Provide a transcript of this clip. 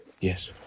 Yes